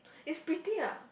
it's pretty ah